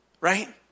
right